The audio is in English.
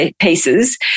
pieces